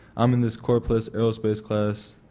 um in this core plus aerospace class.